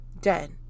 dead